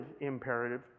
imperative